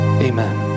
Amen